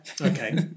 okay